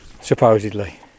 supposedly